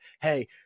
hey